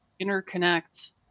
interconnect